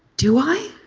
do i.